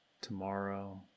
tomorrow